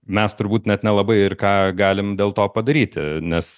mes turbūt net nelabai ir ką galim dėl to padaryti nes